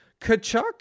Kachuk